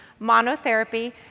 monotherapy